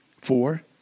Four